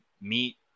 meet